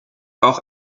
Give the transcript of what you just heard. auch